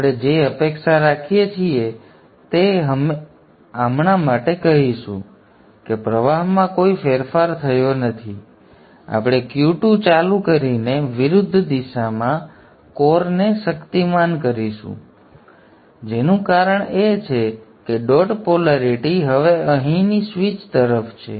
હવે આપણે જે અપેક્ષા રાખીએ છીએ તે આપણે હમણાં માટે કહીશું કે પ્રવાહમાં કોઈ ફેરફાર થયો નથી આપણે Q2 ચાલુ કરીને વિરુદ્ધ દિશામાં કોરને શક્તિમાન કરીશું જેનું કારણ એ છે કે ડોટ પોલેરિટી હવે અહીંની સ્વીચ તરફ છે